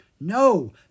No